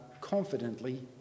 confidently